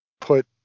put